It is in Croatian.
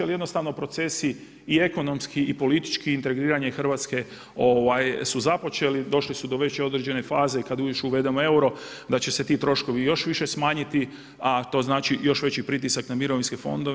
Jel jednostavno procesi i ekonomski i politički i integriranje Hrvatske su započeli, došli su već određen faze i kada još uvedemo euro da će se ti troškovi još više smanjiti, a to znači još veći pritisak na mirovinske fondove.